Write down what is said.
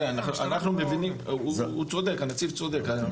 הנציב צודק.